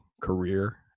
career